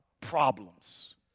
problems